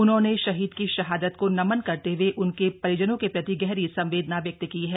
उन्होंने शहीद की शहादत को नमन करते हए उनके परिजनों के प्रति गहरी संवेदना व्यक्त की है